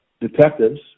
detectives